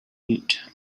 mute